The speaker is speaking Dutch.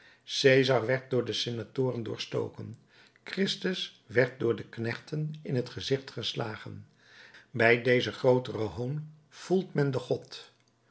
cesar werd door de senatoren doorstoken christus werd door knechten in t gezicht geslagen bij dezen grooteren hoon gevoelt men den god